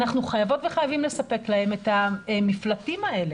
אנחנו חייבות וחייבים לספק להם את המפלטים האלה.